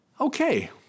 okay